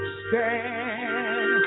stand